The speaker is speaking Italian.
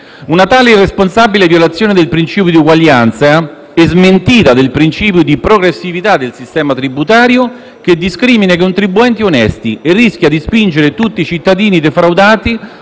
Una tale irresponsabile violazione del principio di uguaglianza e smentita del principio di progressività del sistema tributario discrimina i contribuenti onesti e rischia di spingere tutti i cittadini defraudati